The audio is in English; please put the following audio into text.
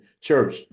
Church